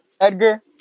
Edgar